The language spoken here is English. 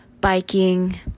Biking